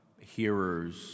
hearers